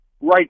right